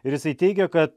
ir jisai teigia kad